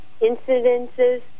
incidences